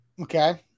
Okay